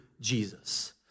Jesus